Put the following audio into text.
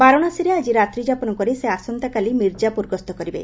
ବାରାଣସୀରେ ଆକି ରାତ୍ରୀ ଯାପନ କରି ସେ ଆସନ୍ତାକାଲି ମିର୍ଜାପୁର ଗସ୍ତ କରିବେ